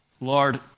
Lord